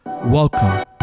Welcome